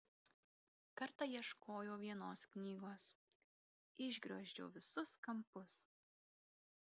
kartą ieškojau vienos knygos išgriozdžiau visus kampus